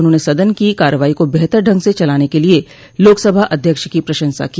उन्होंने सदन की कार्यवाही को बेहतर ढंग से चलाने के लिए लोकसभा अध्यक्ष की प्रशंसा की